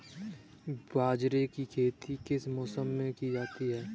बाजरे की खेती किस मौसम में की जाती है?